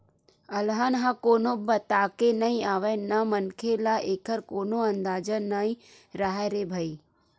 अलहन ह कोनो बताके नइ आवय न मनखे ल एखर कोनो अंदाजा नइ राहय रे भई